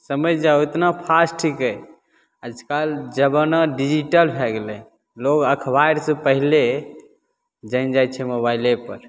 समझि जाहो एतना फास्ट हइ कि आजकल जमाना डिजिटल भै गेलै लोक अखबारसे पहिले जानि जाइ छै मोबाइलेपर